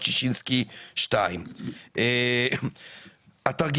ששינסקי 2. למרות שוועדת ששינסקי וועדת הכספים פסלו